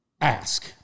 ask